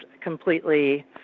completely